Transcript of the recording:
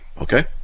Okay